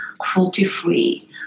cruelty-free